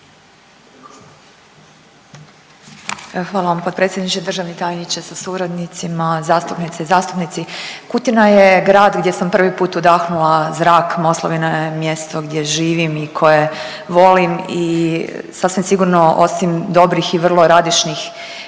Hvala vam potpredsjedniče, državni tajniče sa suradnicima, zastupnice i zastupnici. Kutina je grad gdje sam prvi put udahnula zrak Moslavina je mjesto gdje živim i koje volim i sasvim sigurno osim dobrih i vrlo radišnih